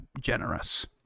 generous